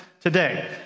today